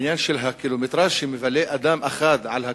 עניין הקילומטרז' שמלווה אדם אחד על הכביש?